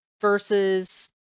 versus